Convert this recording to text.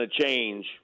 change